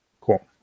Cool